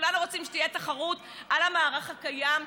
כולנו רוצים שתהיה תחרות על המערך הקיים,